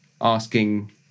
asking